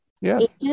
Yes